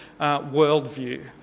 worldview